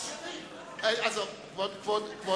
חצוף כזה.